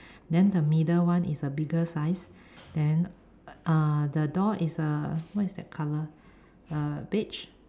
then the middle one is the bigger size then uh the door is uh what is that color err beige